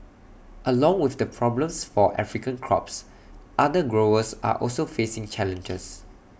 along with the problems for African crops other growers are also facing challenges